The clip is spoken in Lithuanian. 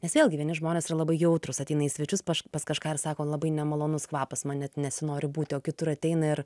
nes vėlgi vieni žmonės yra labai jautrūs ateini į svečius pas kažką ir sako labai nemalonus kvapas man net nesinori būti o kitur ateina ir